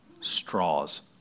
straws